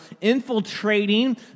infiltrating